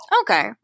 Okay